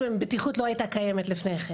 זו בטיחות לא הייתה קיימת לפני כן.